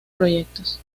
proyectos